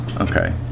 Okay